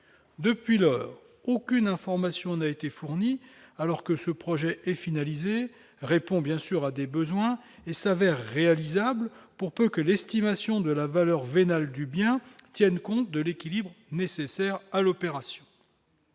depuis lors, aucune information n'a été fourni, alors que ce projet est finalisé, répond bien sûr à des besoins et s'avère réalisable, pour peu que l'estimation de la valeur vénale du bien tiennent compte de l'équilibre nécessaire à l'opération